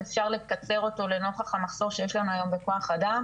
אפשר לקצר אותו לנוכח המחסור שיש לנו היום בכוח אדם